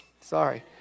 Sorry